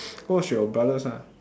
go watch with your brothers ah